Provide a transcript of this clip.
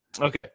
Okay